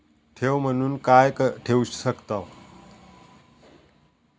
ठेव म्हणून काय ठेवू शकताव?